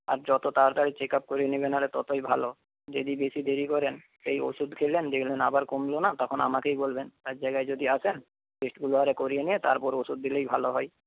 আর যত তাড়াতাড়ি চেকআপ করিয়ে নেওয়া হয় ততই ভালো যদি বেশী দেরি করেন সেই ওষুধ খেলেন দেখলেন আবার কমলো না তখন আমাকেই বলবেন তার জায়গায় যদি আসেন টেস্টগুলো আগে করিয়ে নিয়ে তারপরে ওষুধ দিলেই ভালো হয়